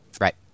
Right